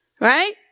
Right